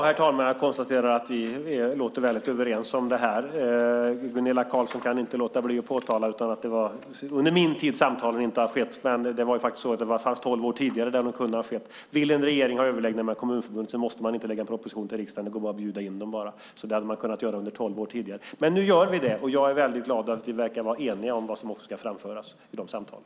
Herr talman! Jag konstaterar att vi låter överens om det här. Gunilla Carlsson kan inte låta bli att påtala att det var under min tid som samtalen inte har skett. Men det fanns tolv år tidigare då de kunde ha skett. Vill en regering ha överläggningar med Kommunförbundet måste man inte lägga fram en proposition till riksdagen. Det går bra att bjuda in dem bara. Så det hade man kunnat göra under tolv år tidigare. Men nu gör vi det, och jag är glad över att vi verkar vara eniga om vad som ska framföras vid de samtalen.